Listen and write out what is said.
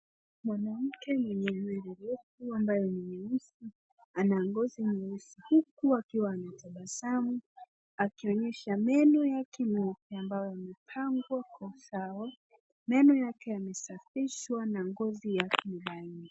Mwanamke mwenye nywele refu ambayo ni nyeusi ana ngozi nyeusi huku akiwa ametabasamu akionyesha meno yake meupe ambayo yamepangwa kwa usawa. Meno yake yamesafishwa na ngozi yake ni laini.